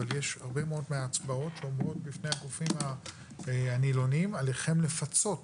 אבל יש הרבה מאוד ההצבעות שאומרות בפני הגופים הנילונים: עליכם לפצות